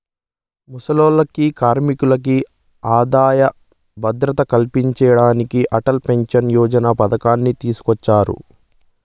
ముసలోల్లకి, కార్మికులకి ఆదాయ భద్రత కల్పించేదానికి అటల్ పెన్సన్ యోజన పతకాన్ని తీసుకొచ్చినారు